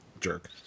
Jerk